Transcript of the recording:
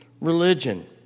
religion